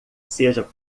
seja